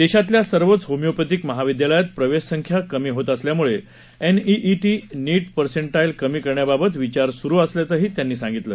देशातल्या सर्वच होमिओपॅथिक महाविद्यालयात प्रवेश संख्या कमी होत असल्यामुळे एनईईईईई नीठपसेंजाळे कमी करण्याबाबत विचार सुरू असल्याचं त्यांनी सांगितलं